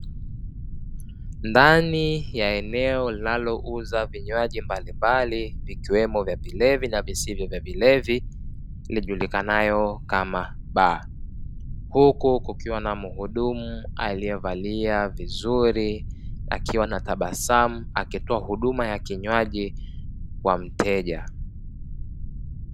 Ndani ya eneo linalo uza vinywaji mbalimbali, vikiwemo vya vilevi na visivyo vya vilevi lijulikanalo kama baa, huku kukiwa na muhudumu aliyevalia vizuri akiwa anatabasamu akitoa huduma ya kinywaji kwa mteja.